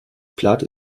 blatt